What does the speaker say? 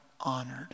honored